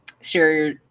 sure